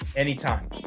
anytime.